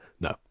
No